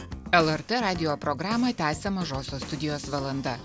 lrt radijo programą tęsia mažosios studijos valanda